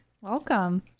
Welcome